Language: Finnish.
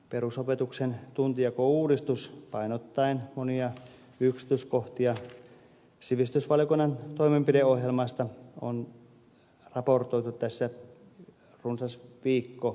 perusopetuksen tuntijakouudistuksesta jossa painotetaan monia yksityiskohtia sivistysvaliokunnan toimenpideohjelmasta on raportoitu tässä runsas viikko sitten